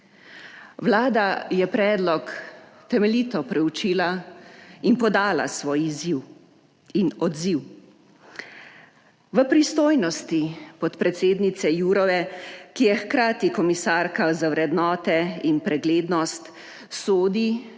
Vlada je predlog temeljito preučila in podala svoj izziv in odziv. V pristojnosti podpredsednice Jourove, ki je hkrati komisarka za vrednote in preglednost, sodi